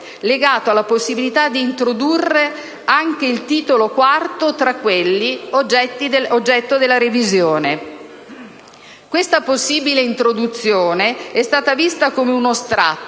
legato alla possibilità di introdurre anche il Titolo IV tra quelli oggetto della revisione. Questa possibile introduzione è stata vista come uno strappo,